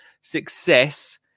success